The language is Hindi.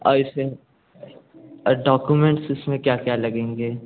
और इसमें डोकूमेंट्स इसमें क्या क्या लगेंगे